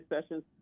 sessions